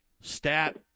stat